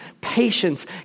patience